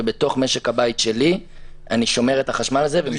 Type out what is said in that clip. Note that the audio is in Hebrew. ובתוך משק הבית שלי אני שומר את החשמל הזה ומשתמש בו בשעה אחרת.